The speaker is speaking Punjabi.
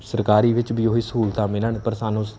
ਸਰਕਾਰੀ ਵਿੱਚ ਵੀ ਉਹ ਹੀ ਸਹੂਲਤਾਂ ਮਿਲਣ ਪਰ ਸਾਨੂੰ